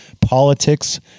politics